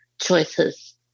choices